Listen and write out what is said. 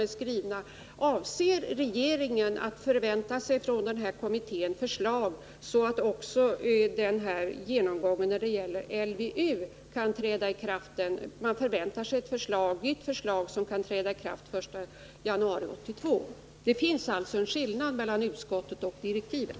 Väntar sig regeringen från den här kommittén ett nytt förslag som kan träda i kraft den 1 januari 1982 också när det gäller LVU? — Det finns alltså en skillnad mellan utskottsbetänkandet och direktiven.